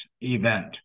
event